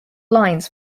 lines